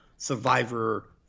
survivor